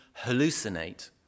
hallucinate